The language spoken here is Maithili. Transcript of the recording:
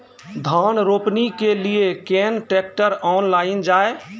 धान रोपनी के लिए केन ट्रैक्टर ऑनलाइन जाए?